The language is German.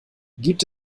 gibt